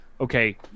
okay